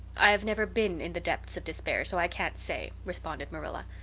i've never been in the depths of despair, so i can't say, responded marilla.